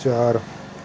ਚਾਰ